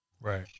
Right